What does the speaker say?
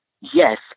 Yes